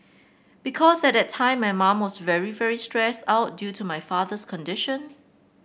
because at that time my mum was very very stressed out due to my father's condition